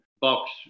box